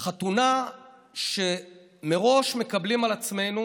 חתונה שבה מראש אנחנו מקבלים על עצמנו